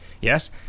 Yes